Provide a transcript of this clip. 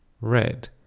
red